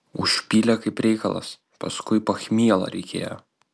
užpylė kaip reikalas paskui pachmielo reikėjo